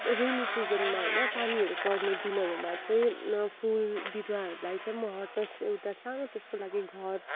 rainy सिजनमा होइन पानीहरू पर्ने दिनहरूमा चाहिँ फुल बिरुवाहरूलाई चाहिँ म हट हाउस एउटा सानो त्यसको लागि घर